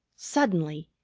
suddenly,